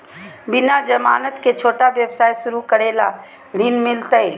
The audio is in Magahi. बिना जमानत के, छोटा व्यवसाय शुरू करे ला ऋण मिलतई?